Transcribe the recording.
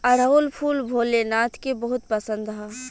अढ़ऊल फूल भोले नाथ के बहुत पसंद ह